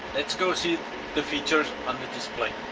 let's go see the features on the display.